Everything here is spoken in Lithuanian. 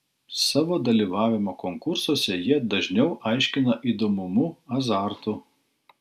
savo dalyvavimą konkursuose jie dažniau aiškina įdomumu azartu